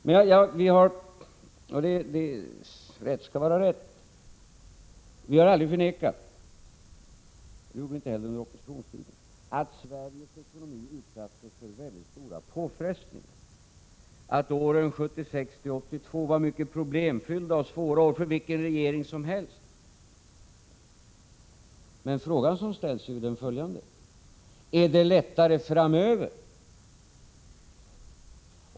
Men rätt skall vara rätt: Vi har aldrig förnekat — inte heller under oppositionstiden — att Sveriges ekonomi utsattes för mycket stora påfrestningar, att åren 1976-1982 skulle ha varit mycket problemfyllda och svåra år för vilken regering som helst. Men den fråga som ställs är: Är det lättare framöver?